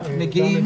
עליה?